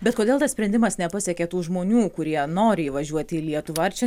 bet kodėl tas sprendimas nepasiekė tų žmonių kurie nori įvažiuoti į lietuvą ar čia